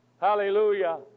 Hallelujah